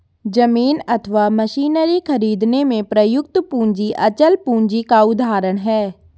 जमीन अथवा मशीनरी खरीदने में प्रयुक्त पूंजी अचल पूंजी का उदाहरण है